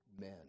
men